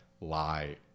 lie